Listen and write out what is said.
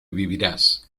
vivirás